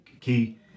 key